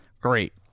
Great